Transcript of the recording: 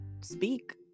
speak